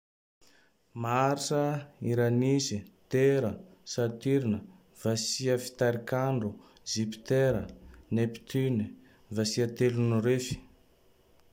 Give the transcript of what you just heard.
Marsa, Iranisy, Tera, Satirna, Vasia Fitarik'andro, Jipitera, Neptuny, Vasia Telo no Refy.